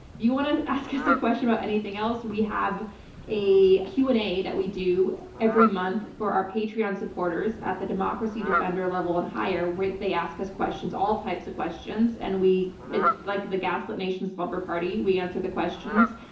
if you want to ask us a question about anything else, we have a q and a that we do every month for our patreon supporters at the democracy defender level and higher, where they ask us questions, all types of questions. and it's like the gaslit nation slumber party. we answer the questions.